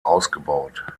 ausgebaut